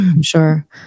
Sure